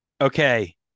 Okay